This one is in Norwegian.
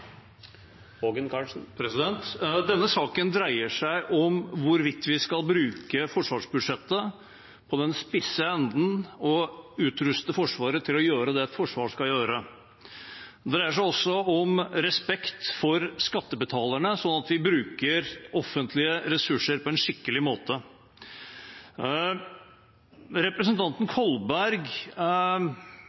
Denne saken dreier seg om hvorvidt vi skal bruke forsvarsbudsjettet på den spisse enden og utruste Forsvaret til å gjøre det Forsvaret skal gjøre. Den dreier seg også om respekt for skattebetalerne, slik at vi bruker offentlige ressurser på en skikkelig måte. Representanten Kolberg